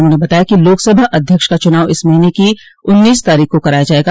उन्होंने बताया कि लोकसभा अध्यक्ष का चुनाव इस महीने की उन्नीस तारीख को कराया जाएगा